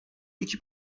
iki